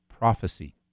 Prophecy